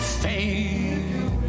fame